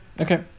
okay